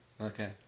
Okay